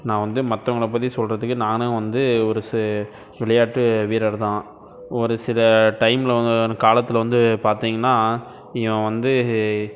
நான் வந்து மற்றவங்கள பற்றி சொல்றதுக்கு நான் வந்து ஒரு விளையாட்டு வீரர்தான் ஒரு சில டைமில் காலத்தில் வந்து பார்த்திங்கன்னா இவன் வந்து